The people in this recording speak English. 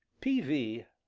p. v.